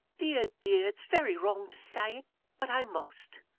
dear! dear it's very wrong to say it but i must.